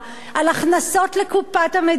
על הכנסות לקופת המדינה,